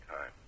time